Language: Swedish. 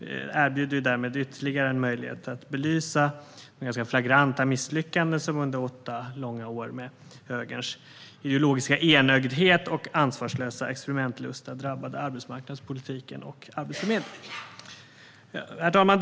Det erbjuder ytterligare en möjlighet att belysa det flagranta misslyckandet under åtta långa år som med högerns ideologiska enögdhet och ansvarslösa experimentlusta drabbade arbetsmarknadspolitiken och Arbetsförmedlingen. Herr talman!